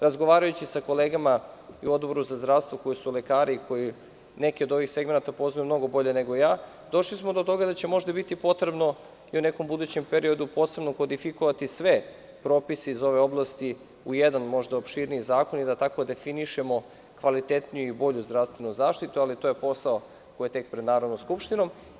Razgovarajući sa kolegama u Odboru za zdravstvo, koji su lekari, koji neke od ovih segmenata poznaju mnogo bolje nego ja, došli smo do toga da će možda biti potrebno i u nekom budućem periodu, posebno kodifikovati sve propise iz ove oblasti u jedan, možda opširniji zakon i da tako definišemo kvalitetniju i bolju zdravstvenu zaštitu, ali to je posao koji je tek pred Narodnom skupštinom.